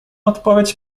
odpowiedź